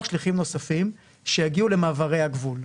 שליחים נוספים שיגיעו למעברי הגבול.